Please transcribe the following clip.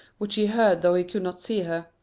which he heard though he could not see her,